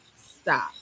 stop